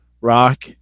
Rock